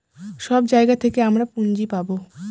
সব জায়গা থেকে আমরা পুঁজি পাবো